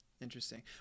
interesting